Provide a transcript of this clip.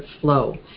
flow